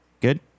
Good